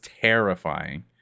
terrifying